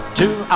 two